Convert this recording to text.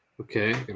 Okay